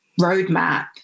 roadmap